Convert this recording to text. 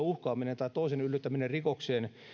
uhkaaminen tai toisen yllyttäminen rikokseen